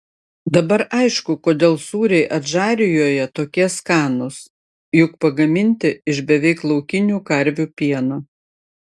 dabar aišku kodėl sūriai adžarijoje tokie skanūs juk pagaminti iš beveik laukinių karvių pieno